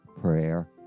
prayer